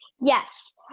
Yes